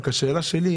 השאלה שלי,